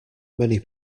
many